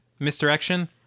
misdirection